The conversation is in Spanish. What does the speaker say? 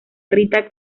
rita